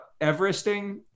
Everesting